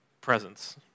presence